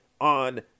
on